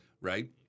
right